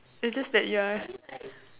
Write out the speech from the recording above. it's just that you are